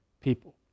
people